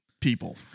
people